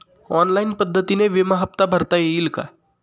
Online पद्धतीने विमा हफ्ता भरता येईल का?